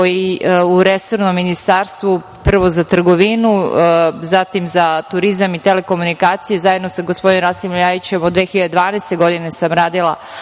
u resornom ministarstvu, prvo za trgovinu, zatim za turizam i telekomunikacije, zajedno sa gospodinom Rasimom Ljajićem, od 2012. godine sam radila